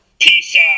pizza